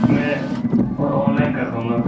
मैं मैं ऑनलाइन कर दूँगा